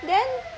then